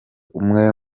umwe